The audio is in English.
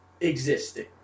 Existing